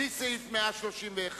בלי סעיף 131,